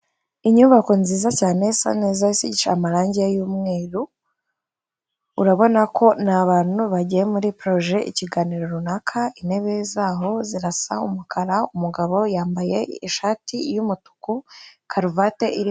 Inyubako nziza cyane isa neza, isize amarangi y'umweru, urabona ko ni abantu bagiye muri poroje ikiganiro runaka, intebe zaho zirasa umukara, umugabo yambaye ishati y'umutuku, karuvati iri.